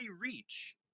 reach